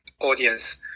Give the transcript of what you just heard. audience